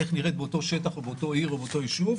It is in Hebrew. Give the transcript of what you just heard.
איך היא נראית באותו שטח או באותה עיר או באותו יישוב,